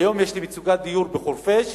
היום יש לי מצוקת דיור בחורפיש,